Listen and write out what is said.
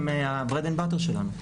אני שמחה.